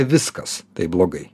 viskas taip blogai